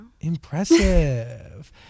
Impressive